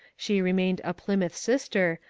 she remained a plymouth sister,